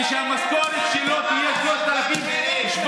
כשהמשכורת שלו תהיה 3,710 שקל,